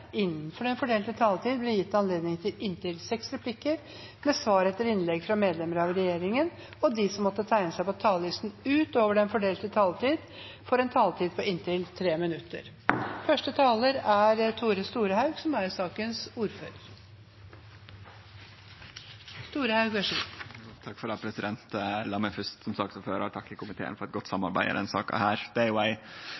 innenfor den fordelte taletid – bli gitt anledning til inntil seks replikker med svar etter innlegg fra medlemmer av regjeringen, og de som måtte tegne seg på talerlisten utover den fordelte taletid, får en taletid på inntil 3 minutter. La meg fyrst, som saksordførar, takke komiteen for eit godt